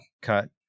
Cut